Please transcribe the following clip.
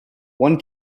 one